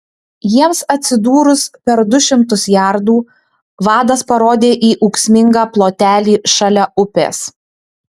jiems atsidūrus per du šimtus jardų vadas parodė į ūksmingą plotelį šalia upės